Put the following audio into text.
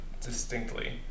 distinctly